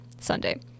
sunday